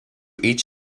each